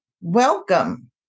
welcome